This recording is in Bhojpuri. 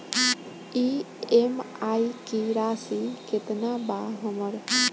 ई.एम.आई की राशि केतना बा हमर?